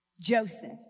Joseph